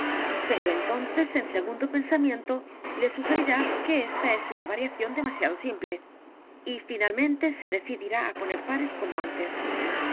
pero entonces un segundo pensamiento le sugerirá que ésta es una variación demasiado simple y finalmente se decidirá á poner pares como antes por